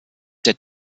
der